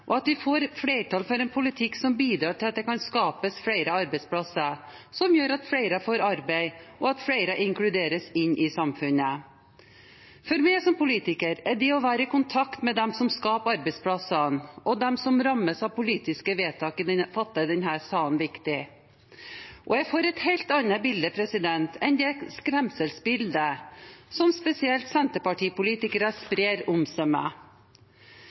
velferdssamfunn, at vi får flertall for en politikk som bidrar til at det kan skapes flere arbeidsplasser, som gjør at flere får arbeid, og at flere inkluderes i samfunnet. For meg som politiker er det å være i kontakt med dem som skaper arbeidsplasser, og dem som rammes av politiske vedtak fattet i denne sal, viktig. Og jeg får et helt annet bilde enn det skremselsbildet som spesielt Senterparti-politikere sprer.